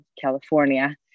California